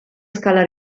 scala